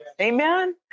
Amen